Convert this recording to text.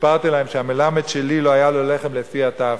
סיפרתי להם שלמלמד שלי לא היה לחם לפי הטף,